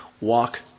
walk